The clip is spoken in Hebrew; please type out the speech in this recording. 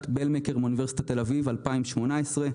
בלמקר מאוניברסיטת תל אביב מ-2018.